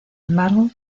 embargo